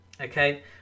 okay